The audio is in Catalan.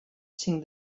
cinc